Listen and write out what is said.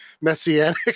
messianic